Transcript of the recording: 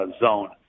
zone